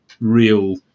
real